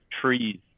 trees